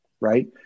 Right